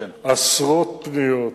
עשרות פניות,